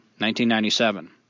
1997